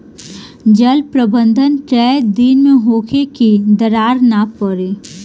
जल प्रबंधन केय दिन में होखे कि दरार न पड़ी?